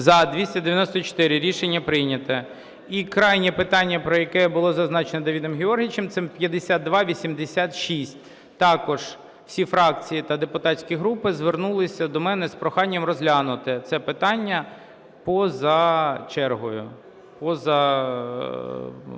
За-294 Рішення прийнято. І крайнє питання, про яке було зазначено Давидом Георгійовичем, це 5286. Також всі фракції та депутатські групи звернулися до мене з проханням розглянути це питання поза чергою.